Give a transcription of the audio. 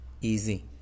easy